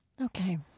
Okay